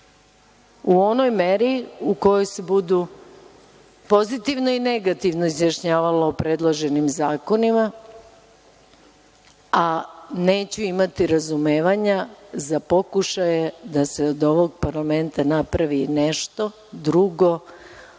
u onoj meri u kojoj se budu pozitivno i negativno izjašnjavali o predloženim zakonima, a neću imati razumevanja za pokušaje da se od ovog parlamenta napravi nešto drugo